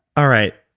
all right.